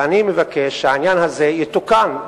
ואני מבקש שהעניין הזה יתוקן.